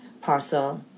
parcel